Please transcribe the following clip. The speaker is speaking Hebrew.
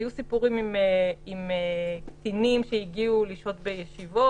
היו סיפורים עם קטינים שהגיעו לשהות בישיבות,